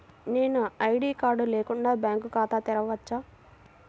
నేను ID card లేకుండా bank ఖాతా తెరవచ్చా?